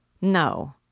No